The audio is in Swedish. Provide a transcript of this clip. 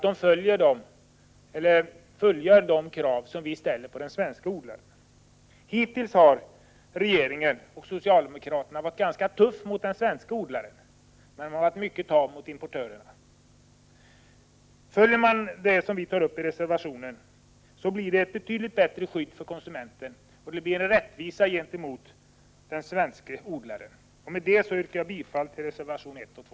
De måste uppfylla samma krav som de vi ställer på den svenske odlaren. Hittills har regeringen och socialdemokraterna varit ganska tuffa mot de svenska odlarna men mycket tama mot importörerna. Om man följer det förslag som vi för fram i reservationen får man ett betydligt bättre skydd för konsumenten, och man vinner rättvisa gentemot den svenske odlaren. Med detta yrkar jag bifall till reservationerna 1 och 2.